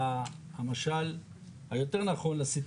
כאן המשמעות היא רק טכנית.